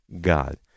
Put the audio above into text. God